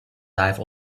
life